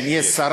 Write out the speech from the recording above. כן, יש שרה.